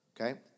Okay